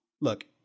look